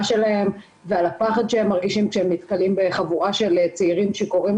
שלהם ועל הפחד שהם מרגישים כשהם נתקלים בחבורה של צעירים שיכורים,